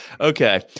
Okay